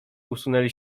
usunęli